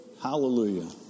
Hallelujah